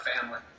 family